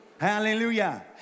Hallelujah